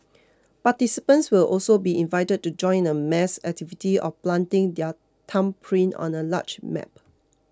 participants will also be invited to join in a mass activity of planting their thumbprint on a large map